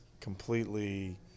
completely